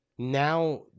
Now